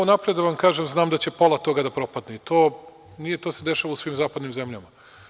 Unapred da vam kažem, znam da će pola toga da propadne i to se dešava u svim zapadnim zemljama.